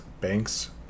banks